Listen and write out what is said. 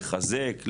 לחזק,